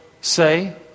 say